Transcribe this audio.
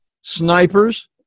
snipers